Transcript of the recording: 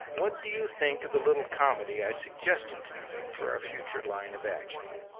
what do you think of the little comedy i suggested to-night for our future line of action?